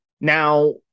Now